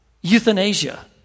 euthanasia